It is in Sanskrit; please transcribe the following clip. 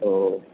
ओ